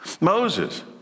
Moses